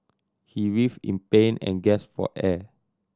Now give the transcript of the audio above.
he writhed in pain and gas for air